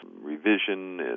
revision